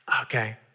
okay